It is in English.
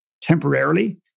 temporarily